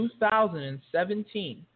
2017